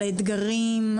על האתגרים,